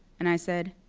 and i said,